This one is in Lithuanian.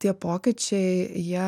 tie pokyčiai jie